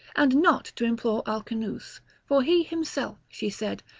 and not to implore alcinous for he himself, she said,